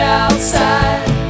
outside